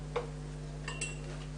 לזה.